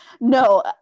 No